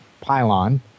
pylon